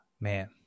man